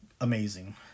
amazing